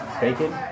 bacon